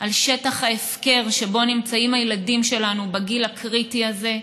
שטח ההפקר שבו נמצאים הילדים שלנו בגיל הקריטי הזה.